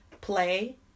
play